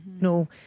no